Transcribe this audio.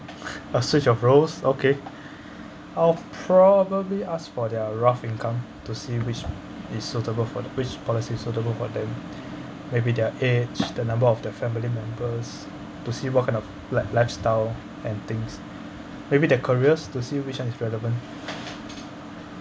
a search of rows okay I'll probably ask for their rough income to see which is suitable for which policy is suitable for them maybe their age the number of the family members to see what kind of li~ lifestyle and things maybe their careers to see which one is relevant